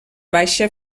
baixa